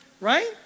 right